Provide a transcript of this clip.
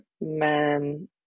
men